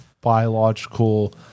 biological